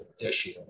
issue